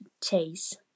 chase